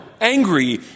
angry